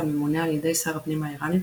הממונה על ידי שר הפנים האיראני,